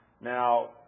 Now